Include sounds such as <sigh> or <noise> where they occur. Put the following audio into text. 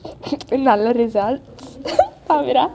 <laughs> நல்ல:nalla result ah <laughs> let's see what happens